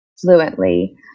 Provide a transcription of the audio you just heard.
fluently